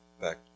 back